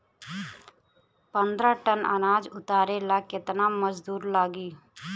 पन्द्रह टन अनाज उतारे ला केतना मजदूर लागी?